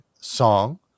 song